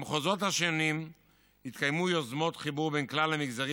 במחוזות השונים התקיימו יוזמות חיבור בין כלל המגזרים,